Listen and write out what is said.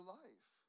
life